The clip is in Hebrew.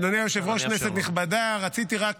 אדוני היושב-ראש, כנסת נכבדה, רציתי רק